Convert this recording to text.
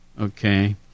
Okay